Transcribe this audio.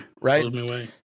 Right